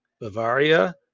Bavaria